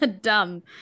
Dumb